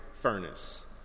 furnace